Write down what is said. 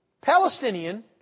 Palestinian